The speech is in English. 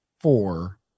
four